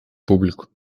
público